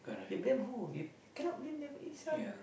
you blame who you cannot blame them for this one